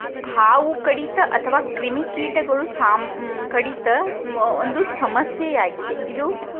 ಹಾವು ಕಡಿತ ಅಥವಾ ಕ್ರಿಮಿ ಕೀಟಗಳು ಸಾಮ್ ಕಡಿತ ಒಂದು ಸಮಸ್ಯೆ ಆಗಿದೆ ಇದು